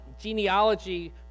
genealogy